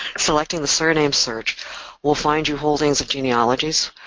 selecting the surname search will find you holdings of genealogies,